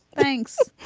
thanks.